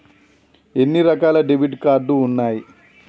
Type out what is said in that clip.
ఎన్ని రకాల debit card ఉన్నాయి?